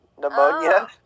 Pneumonia